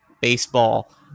baseball